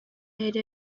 yari